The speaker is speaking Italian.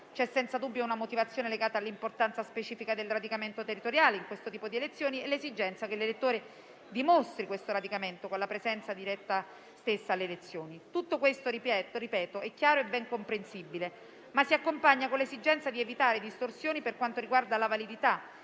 C'è senza dubbio una motivazione legata all'importanza specifica del radicamento territoriale in questo tipo di elezioni e l'esigenza che l'elettore dimostri questo radicamento con la presenza diretta alle elezioni. Ripeto che tutto questo è chiaro e ben comprensibile, ma si accompagna con l'esigenza di evitare distorsioni per quanto riguarda la validità